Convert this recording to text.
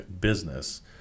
business